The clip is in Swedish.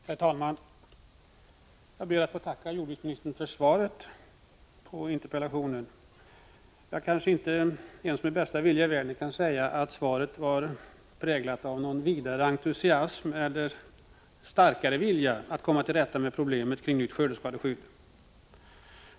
Herr talman! Jag ber att få tacka jordbruksministern för svaret på interpellationen. Jag kan inte med bästa vilja i världen säga att svaret präglas av någon vidare entusiasm eller starkare vilja att komma till rätta med problemen kring ett nytt skördeskadeskydd.